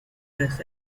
press